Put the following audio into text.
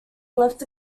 left